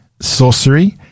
sorcery